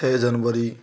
छः जनवरी